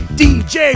dj